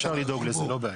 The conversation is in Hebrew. אפשר לדאוג לזה, לא בעיה.